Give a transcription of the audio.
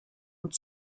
und